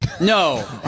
No